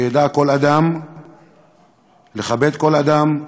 ושידע כל אדם לכבד כל אדם,